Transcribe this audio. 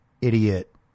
idiot